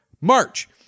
March